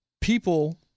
people